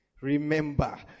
Remember